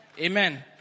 Amen